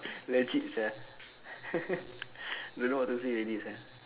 legit sia don't know what to say already sia